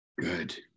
Good